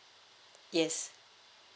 yes